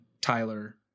Tyler